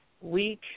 week